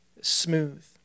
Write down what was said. smooth